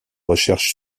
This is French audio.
recherche